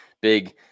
big